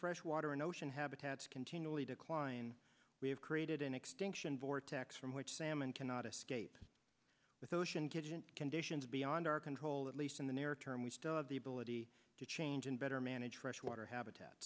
freshwater and ocean habitats continually decline we have created an extinction vortex from which salmon cannot escape with ocean didn't conditions beyond our control at least in the near term we still have the ability to change and better manage freshwater habitat